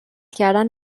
کردن